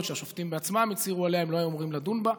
שהשופטים בעצמם הצהירו עליה הם לא היו אמורים לדון בהם.